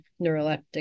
neuroleptic